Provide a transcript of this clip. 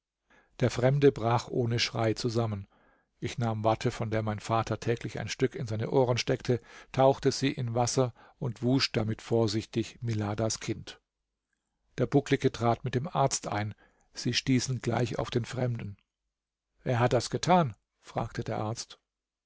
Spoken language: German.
der fremde brach ohne schrei zusammen ich nahm watte von der mein vater täglich ein stück in seine ohren steckte tauchte sie in wasser und wusch damit vorsichtig miladas kind der bucklige trat mit dem arzt ein sie stießen gleich auf den fremden wer hat das getan fragte der arzt